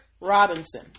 Robinson